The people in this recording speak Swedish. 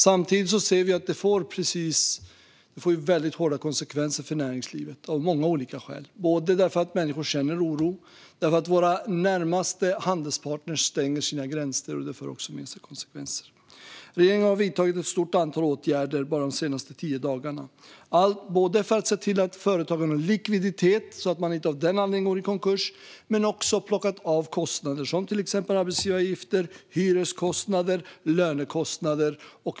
Samtidigt ser vi att det får svåra konsekvenser för näringslivet av många olika skäl. Människor känner oro därför att våra närmaste handelspartner stänger sina gränser, och det för med sig konsekvenser. Regeringen har vidtagit ett stort antal åtgärder bara de senaste tio dagarna, bland annat för att se till att företagen har likviditet så att de inte av den anledningen går i konkurs. Vi har också plockat av kostnader som till exempel arbetsgivaravgifter, hyreskostnader och lönekostnader.